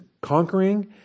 conquering